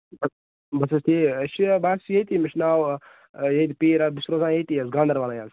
بَس بَس حظ ٹھیٖک أسۍ چھِ بہٕ حظ چھُس ییٚتی مےٚ چھُ ناو پیٖر احمد بہٕ چھُس روزان ییٚتی حظ گانٛدربَل حظ